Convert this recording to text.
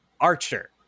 Archer